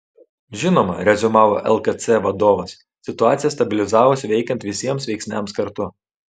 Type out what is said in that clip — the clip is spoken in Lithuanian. žinoma reziumavo lkc vadovas situacija stabilizavosi veikiant visiems veiksniams kartu